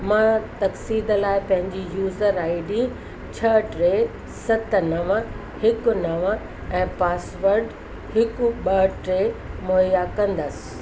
मां तक़सीद लाइ पंहिंजी यूज़र आई डी छह टे सत नव हिकु नव ऐं पासवर्ड हिकु ॿ टे मुहैया कंदसि